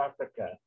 Africa